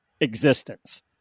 existence